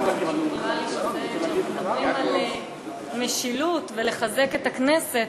נראה לי שכשאנחנו מדברים על משילות ועל לחזק את הכנסת,